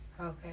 okay